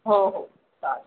हो हो चालेल